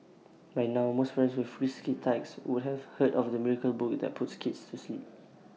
by now most with frisky tykes would have heard of the miracle book that puts kids to sleep